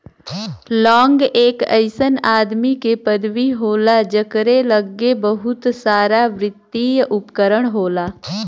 लांग एक अइसन आदमी के पदवी होला जकरे लग्गे बहुते सारावित्तिय उपकरण होला